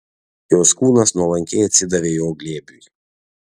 jos kūnas nuolankiai atsidavė jo glėbiui